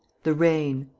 the rain,